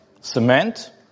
cement